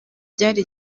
byari